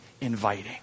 inviting